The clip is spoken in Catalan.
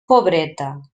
pobreta